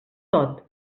tot